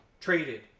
traded